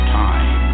time